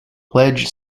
pledge